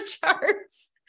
charts